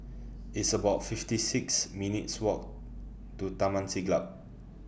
It's about fifty six minutes' Walk to Taman Siglap